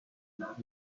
ship